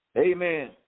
Amen